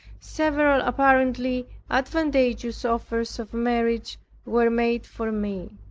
several apparently advantageous offers of marriage were made for me